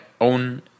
own